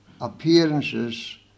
appearances